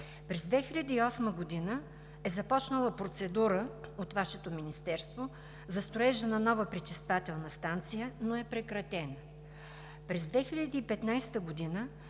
През 2008 г. е започнала процедура от Вашето Министерство за строежа на нова пречиствателна станция, но е прекратена. През 2015 г.